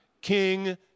King